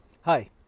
Hi